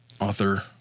author